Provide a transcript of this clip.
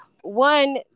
one